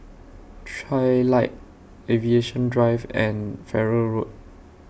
Trilight Aviation Drive and Farrer Road